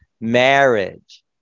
marriage